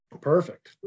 perfect